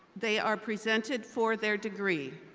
they are presented for their degree.